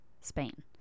Spain